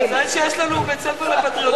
מזל שיש לנו בית-ספר לפטריוטיזם.